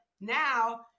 now